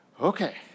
Okay